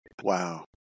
Wow